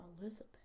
Elizabeth